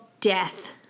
death